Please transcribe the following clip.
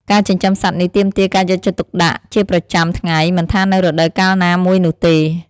ការចិញ្ចឹមសត្វនេះទាមទារការយកចិត្តទុកដាក់ជាប្រចាំថ្ងៃ មិនថានៅរដូវកាលណាមួយនោះទេ។